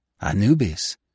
Anubis